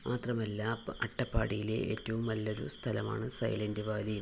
മാത്രമല്ല അട്ടപ്പാടിയിലെ ഏറ്റവും നല്ലൊരു സ്ഥലമാണ് സൈലൻറ് വാലി